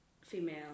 female